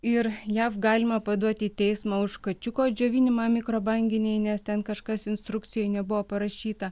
ir jav galima paduoti į teismą už kačiuko džiovinimą mikrobanginėj nes ten kažkas instrukcijoj nebuvo parašyta